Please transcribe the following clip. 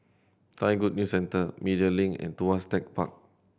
Thai Good News Centre Media Link and Tuas Tech Park